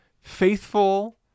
faithful